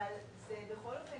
אבל בכל אופן,